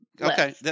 Okay